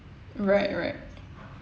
right right